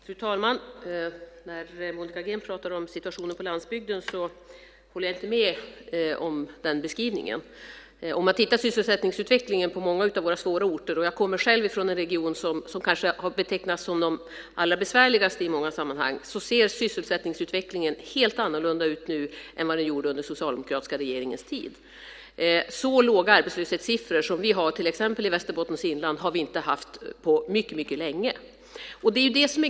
Fru talman! När Monica Green pratar om situationen på landsbygden håller jag inte med om hennes beskrivning. Vi kan se på sysselsättningsutvecklingen på många av våra svåra orter. Jag kommer själv från en region som har betecknats som den allra besvärligaste i många sammanhang. Där ser sysselsättningsutvecklingen helt annorlunda ut nu än den gjorde under den socialdemokratiska regeringens tid. Så låga arbetslöshetssiffror som vi nu har i till exempel Västerbottens inland har vi inte haft på mycket länge.